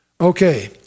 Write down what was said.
Okay